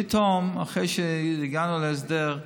פתאום, אחרי שהגענו להסדר,